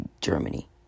Germany